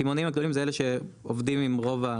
הקמעונאים הגדולים זה אלה שעובדים עם רוב,